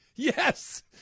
Yes